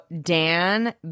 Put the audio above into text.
Dan